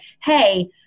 hey